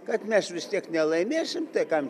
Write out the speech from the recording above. kad mes vis tiek nelaimėsim tai kam